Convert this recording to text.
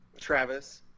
Travis